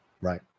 right